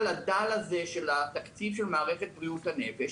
הדל הזה של התקציב של מערכת בריאות הנפש,